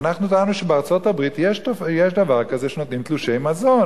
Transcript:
אנחנו טענו: בארצות-הברית יש דבר כזה שנותנים תלושי מזון.